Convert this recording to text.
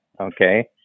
Okay